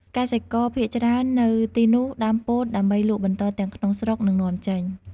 កសិករភាគច្រើននៅទីនោះដាំពោតដើម្បីលក់បន្តទាំងក្នុងស្រុក និងនាំចេញ។